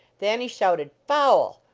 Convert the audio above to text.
thanny shouted foul!